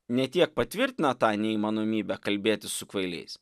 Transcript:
ne tiek patvirtina tą neįmanomybę kalbėtis su kvailiais